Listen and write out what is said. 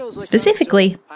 Specifically